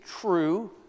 true